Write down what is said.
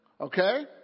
Okay